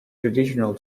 traditional